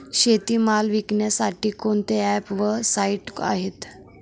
शेतीमाल विकण्यासाठी कोणते ॲप व साईट आहेत?